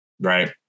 Right